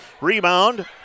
Rebound